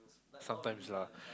sometimes lah